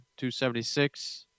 276